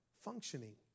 Functioning